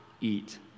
eat